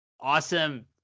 awesome